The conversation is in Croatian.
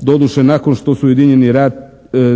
doduše nakon što su Ujedinjeni